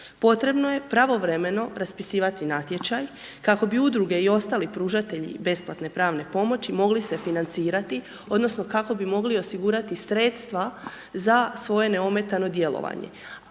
Potrebno je pravovremeno raspisivati natječaj kako bi Udruge i drugi pružatelji besplatne pravne pomoći, mogli se financirati odnosno kako bi mogli osigurati sredstva za svoje neometano djelovanje.